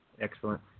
Excellent